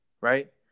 right